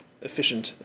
efficient